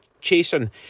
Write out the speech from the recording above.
chasing